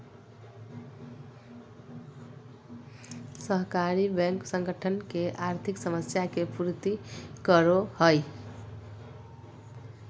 सहकारी बैंक संगठन के आर्थिक समस्या के पूर्ति करो हइ